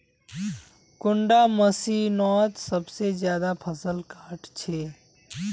कुंडा मशीनोत सबसे ज्यादा फसल काट छै?